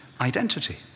identity